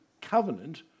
covenant